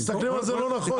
אתם מסתכלים על זה לא נכון.